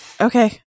Okay